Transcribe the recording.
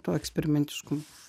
tuo eksperimentiškumu